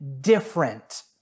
different